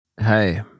Hey